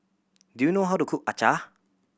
do you know how to cook acar